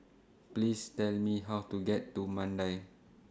Please Tell Me How to get to Mandai